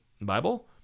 bible